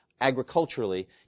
agriculturally